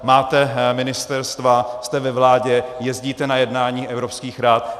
Máte ministerstva, jste ve vládě, jezdíte na jednání evropských rad.